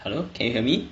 hello can you hear me